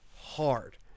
hard